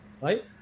right